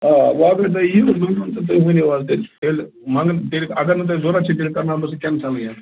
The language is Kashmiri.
آ وۄنۍ اگر تُہۍ ییو تُہۍ ؤنِو حظ تیلہِ تیٚلہِ منگن تیٚلہِ اگر نہٕ تۄہہِ ضروٗرت چھُ تیٚلہِ کرناو بہٕ سُہ کینسلٕے حظ